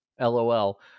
LOL